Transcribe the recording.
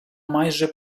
майже